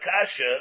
Kasha